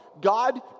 God